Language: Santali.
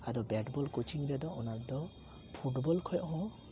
ᱟᱫᱚ ᱵᱮᱴᱵᱚᱞ ᱠᱳᱪᱤᱝ ᱨᱮᱫᱚ ᱚᱱᱟᱫᱚ ᱯᱷᱩᱴᱵᱚᱞ ᱠᱷᱚᱱ ᱦᱚᱸ